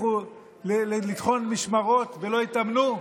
החיילים ימשיכו לטחון משמרות ולא יתאמנו?